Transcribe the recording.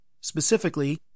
Specifically